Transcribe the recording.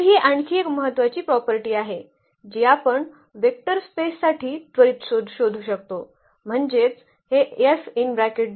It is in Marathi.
तर ही आणखी एक महत्वाची प्रॉपर्टी आहे जी आपण वेक्टर स्पेससाठी त्वरित शोधू शकतो म्हणजेच हे